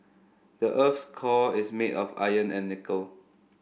the earth's core is made of iron and nickel